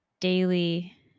daily